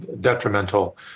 detrimental